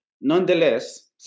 nonetheless